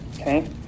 Okay